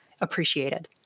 appreciated